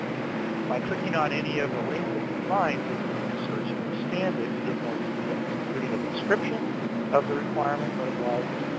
by clicking on any of the links that you find during your search, you can expand it to get more details, including a description of the requirement, what it was,